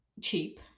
cheap